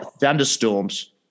thunderstorms